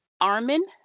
Armin